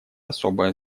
особое